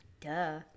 Duh